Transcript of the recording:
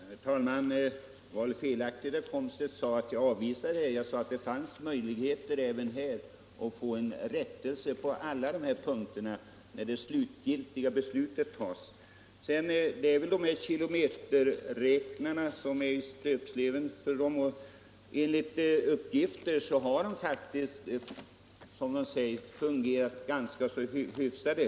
Herr talman! Herr Komstedt sade att jag hade avvisat förslaget. Det påståendet är felaktigt. Jag sade att det finns möjligheter att få en rättelse på alla dessa punkter när det slutliga beslutet fattas. Det är väl kilometerräknarna som är i stöpsleven. Enligt uppgift har de faktiskt fungerat ganska hyfsat.